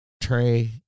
Trey